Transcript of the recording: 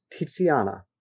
Tiziana